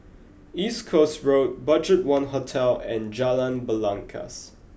East Coast Road Budget One Hotel and Jalan Belangkas